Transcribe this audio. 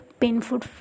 painful